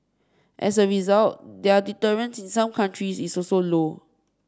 as a result their deterrence in some countries is also low